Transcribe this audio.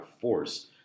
force